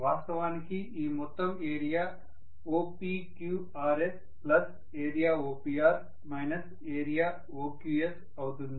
వాస్తవానికి ఈ మొత్తం area OPQRS area OPR area OQS అవుతుంది